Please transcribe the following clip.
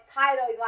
title